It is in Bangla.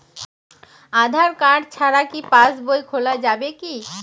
আধার কার্ড ছাড়া কি পাসবই খোলা যাবে কি?